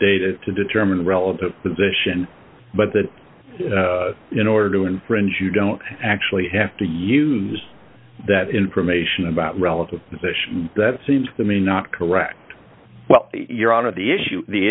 data to determine the relative position but that in order to infringe you don't actually have to use that information about relative position that seems to me not correct well your honor the issue the